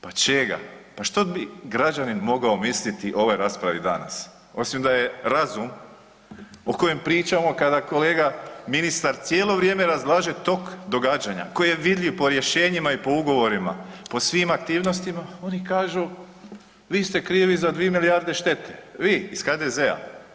Pa čega, pa što bi građanin mogao misliti o ovoj raspravi danas osim da je razum o kojem pričamo kada kolega ministar cijelo vrijeme razlaže tok događanja koji je vidljiv po rješenjima i po ugovorima po svim aktivnostima oni kažu vi ste krivi za 2 milijarde štete, vi iz HDZ-a.